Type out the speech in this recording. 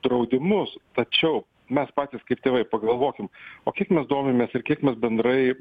draudimus tačiau mes patys kaip tėvai pagalvokim o kiek mes domimės ir kiek mes bendrai